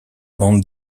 bande